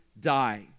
die